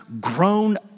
grown